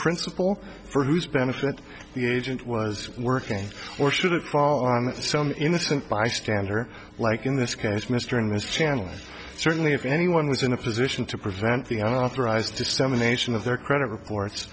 principle for whose benefit the agent was working or should it fall on the some innocent bystander like in this case mr and mrs chance certainly if anyone was in a position to prevent the authorized dissemination of their credit reports